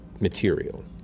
material